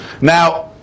Now